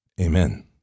Amen